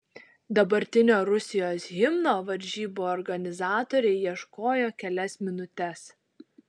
dabartinio rusijos himno varžybų organizatoriai ieškojo kelias minutes